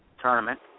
tournament